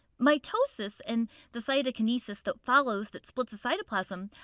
mitosis, and the cytokinesis that follows that splits the cytoplasm,